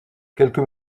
quelques